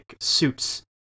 suits